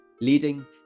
leading